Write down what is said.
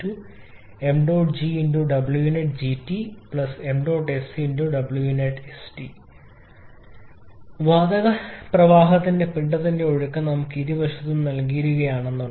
𝑊̇ 𝑛𝑒𝑡 𝐶𝐶 𝑚̇ 𝑔𝑊𝑛𝑒𝑡 𝐺𝑇 𝑚̇ 𝑠𝑊𝑛𝑒𝑡 𝑆𝑇 വാതക പ്രവാഹത്തിന്റെ പിണ്ഡത്തിന്റെ ഒഴുക്ക് നിരക്ക് ഇരുവശത്തും നൽകിയിരിക്കുന്നു